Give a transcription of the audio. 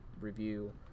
review